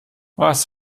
was